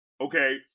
okay